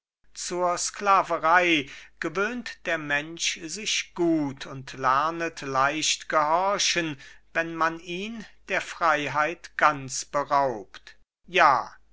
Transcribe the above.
zur sklaverei gewöhnt der mensch sich gut und lernet leicht gehorchen wenn man ihn der freiheit ganz beraubt ja